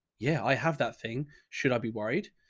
yeah, i have that thing. should i be worried?